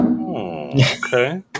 Okay